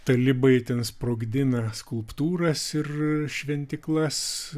talibai ten sprogdina skulptūras ir šventyklas